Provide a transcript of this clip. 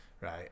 right